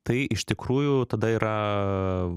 tai iš tikrųjų tada yra